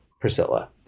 Priscilla